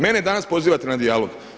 Mene danas pozivate na dijalog.